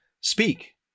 Speak